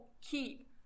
keep